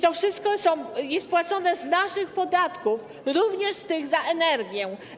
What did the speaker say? To wszystko jest płacone z naszych podatków, również z tych od energii.